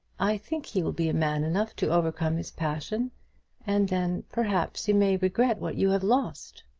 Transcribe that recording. i think he will be man enough to overcome his passion and then, perhaps you may regret what you have lost.